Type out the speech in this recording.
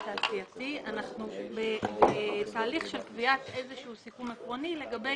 תעשייתי אנחנו בתהליך של קביעת איזשהו סיכום עקרוני לגבי